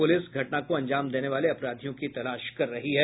police घटना को अंजाम देने वाले अपराधियों की तलाश कर रही है